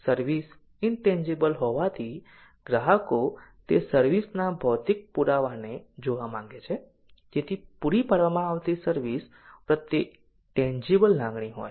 service intangible હોવાથી ગ્રાહકો તે સર્વિસ ના ભૌતિક પુરાવાને જોવા માગે છે જેથી પૂરી પાડવામાં આવતી સર્વિસ પ્રત્યે ટેન્જીબલ લાગણી હોય